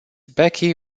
becky